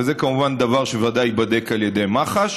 וזה כמובן דבר שבוודאי ייבדק על ידי מח"ש,